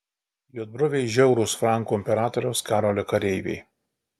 juodbruviai žiaurūs frankų imperatoriaus karolio kareiviai